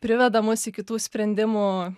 priveda mus iki tų sprendimų